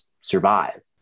survive